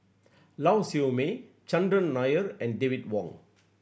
Lau Siew Mei Chandran Nair and David Wong